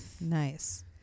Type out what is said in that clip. Nice